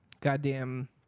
goddamn